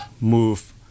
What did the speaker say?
move